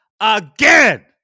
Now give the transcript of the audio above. again